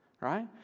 Right